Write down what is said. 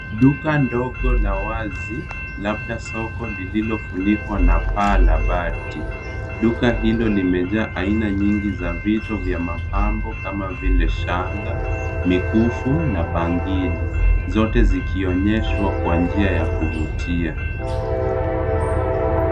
Duka ndogo la wazi, labda soko lililofunikwa na paa la bati. Duka hilo limejaa aina nyingi za vito vya mapambo, kama vile shanga, mikufu, na bangili. Zote zikionyeshwa kwa njia ya kuvutia.